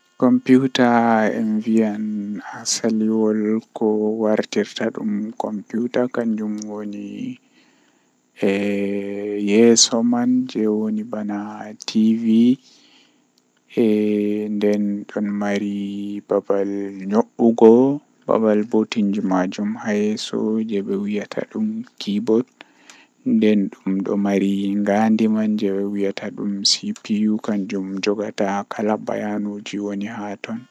Ndabbawa boosaru jei mi buri yiduki kanjum bosayel peskuturum baleejum ngam kanjum do don voowa himbe masin nden to voowi ma lattan bana sobaajo ma on tokkan wodugo hunndeeji duddum be makko.